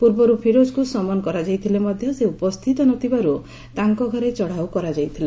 ପୂର୍ବରୁ ଫିରୋଜକୁ ସମନ କରାଯାଇଥିଲେ ମଧ୍ୟ ସେ ଉପସ୍ଥିତ ନ ହେବାରୁ ତାଙ୍କ ଘରେ ଚଢ଼ାଉ କରାଯାଇଥିଲା